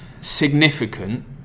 significant